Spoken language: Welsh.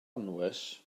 anwes